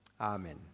Amen